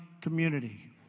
community